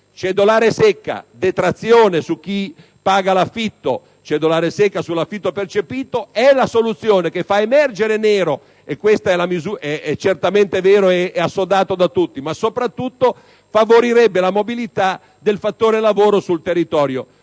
Cedolare secca, detrazione su chi paga l'affitto, cedolare secca sull'affitto percepito: ecco la soluzione che farebbe emergere il nero - e questo è certamente vero, com'è assodato da tutti - ma che soprattutto favorirebbe la mobilità del fattore lavoro sul territorio.